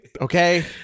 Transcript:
Okay